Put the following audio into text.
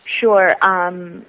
Sure